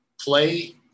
play